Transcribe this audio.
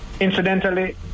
Incidentally